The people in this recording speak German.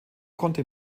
konnte